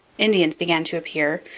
indians began to appear,